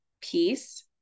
peace